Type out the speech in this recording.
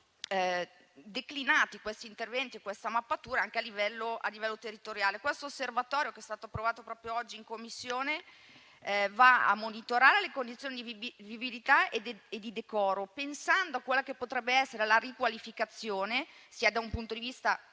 poi declinati anche a livello a livello territoriale. Questo osservatorio, che è stato approvato proprio oggi in Commissione, va a monitorare le condizioni di vivibilità e di decoro, pensando a quella che potrebbe essere la riqualificazione, sia da un punto di vista sociale